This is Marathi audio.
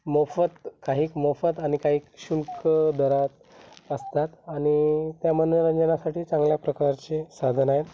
मोफत काही मोफत आणि काही शुल्क दरात असतात आणि त्या मनोरंजनासाठी चांगल्या प्रकारचे साधन आहेत